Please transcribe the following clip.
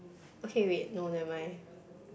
okay wait no never mind